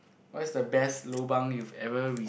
what's the best lobang you've ever